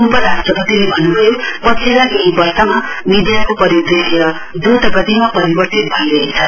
उपराष्ट्रपतिले भन्न् भयो पछिल्ला केही वर्षमा मीडियाको परिदृश्य द्रतगतिमा परिवर्तित भइरहेछ